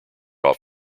off